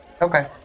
Okay